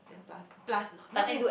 then plus plus not not an